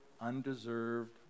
undeserved